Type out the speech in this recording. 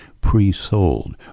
pre-sold